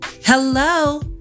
Hello